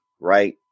right